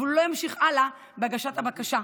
אבל הוא לא ימשיך הלאה בהגשת הבקשה.